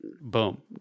boom